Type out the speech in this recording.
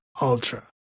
ultra